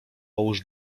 połóż